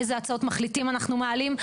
על איזה הצעות מחליטים אנחנו מעלים.